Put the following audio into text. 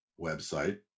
website